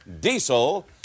Diesel